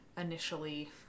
initially